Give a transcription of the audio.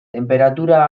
tenperatura